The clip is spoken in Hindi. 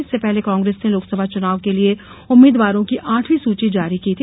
इससे पहले कांग्रेस ने लोकसभा चुनाव के लिए उम्मीदवारों की आठवीं सूची जारी की थी